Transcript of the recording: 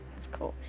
that's cool.